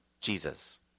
Jesus